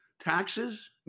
Taxes